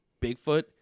Bigfoot